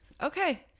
Okay